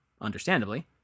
understandably